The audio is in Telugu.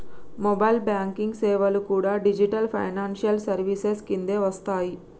మొబైల్ బ్యేంకింగ్ సేవలు కూడా డిజిటల్ ఫైనాన్షియల్ సర్వీసెస్ కిందకే వస్తయ్యి